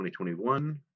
2021